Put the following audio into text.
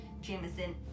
Jameson